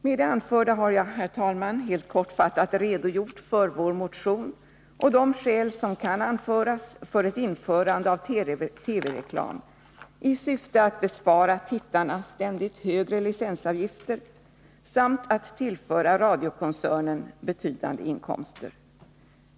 Med det anförda har jag, herr talman, helt kortfattat redogjort för vår motion och de skäl som kan anföras för ett införande av TV-reklam i syfte att bespara tittarna ständigt högre licensavgifter samt tillföra radiokoncernen betydande inkomster.